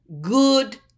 good